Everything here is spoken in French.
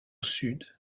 sud